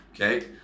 Okay